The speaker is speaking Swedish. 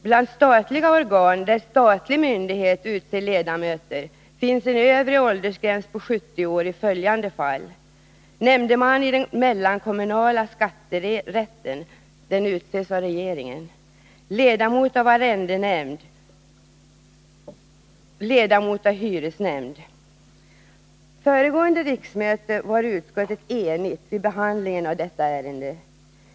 Bland statliga organ, där statlig myndighet utser ledamöter, finns en övre Under föregående riksmöte var utskottet enigt vid behandlingen av detta ärende.